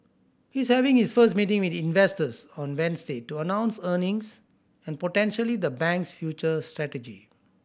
he's having his first meeting with investors on Wednesday to announce earnings and potentially the bank's future strategy